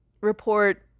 report